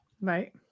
Right